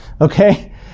Okay